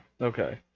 Okay